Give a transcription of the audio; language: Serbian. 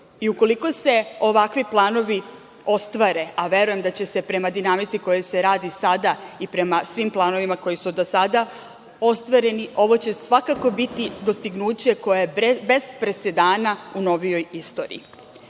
Ukoliko se ovakvi planovi ostvare, a verujem da će se prema dinamici koja se radi sada i prema svim planovima koji su do sada ostvareni, ovo će svakako biti dostignuće koje je bez presedana u novijoj istoriji.Međutim,